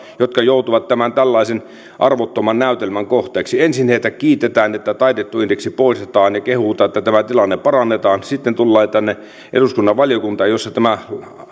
jotka joutuvat tämän tällaisen arvottoman näytelmän kohteeksi ensin heitä kiitetään että taitettu indeksi poistetaan ja kehutaan että tämä tilanne parannetaan sitten tullaan eduskunnan valiokuntaan jossa tämä